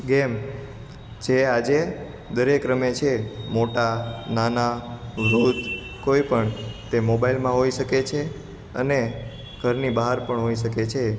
game જે આજે દરેક રમે છે મોટા નાના વૃદ્ધ કોઈ પણ તે મોબાઈલમાં હોઇ શકે છે અને ઘરની બાર પણ હોઈ શકે છે